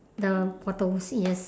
the bottle see yes